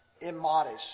immodest